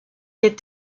est